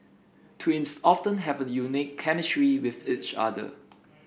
twins often have a unique chemistry with each other